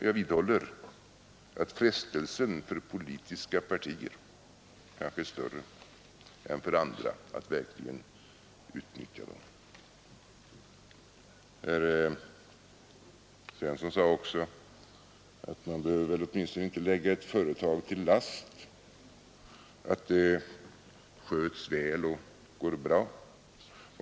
Jag vidhåller att frestelsen för politiska partier kanske är större än för andra att verkligen utnyttja dem. Herr Svensson i Eskilstuna sade också att man väl åtminstone inte behöver lägga ett företag till last att det sköts väl och går bra.